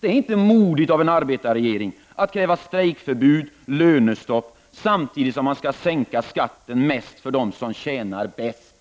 Det är inte modigt av en arbetarregering att kräva strejkförbud och lönestopp samtidigt som man vill sänka skatten mest för dem som tjänar bäst.